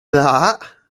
that